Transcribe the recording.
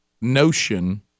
notion